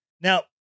Now